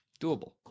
Doable